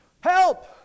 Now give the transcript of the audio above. Help